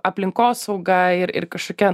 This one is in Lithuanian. aplinkosauga ir ir kažkokia